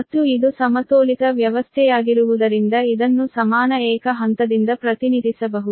ಮತ್ತು ಇದು ಸಮತೋಲಿತ ವ್ಯವಸ್ಥೆಯಾಗಿರುವುದರಿಂದ ಇದನ್ನು ಸಮಾನ ಏಕ ಹಂತದಿಂದ ಪ್ರತಿನಿಧಿಸಬಹುದು